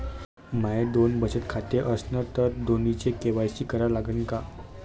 माये दोन बचत खाते असन तर दोन्हीचा के.वाय.सी करा लागन का?